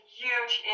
huge